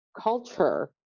culture